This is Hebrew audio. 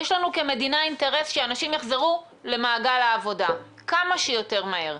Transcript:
יש לנו כמדינה אינטרס שאנשים יחזרו למעגל העבודה כמה שיותר מהר.